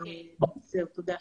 תודה.